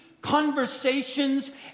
conversations